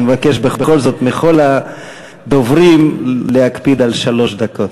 אני מבקש בכל זאת מכל הדוברים להקפיד על שלוש דקות.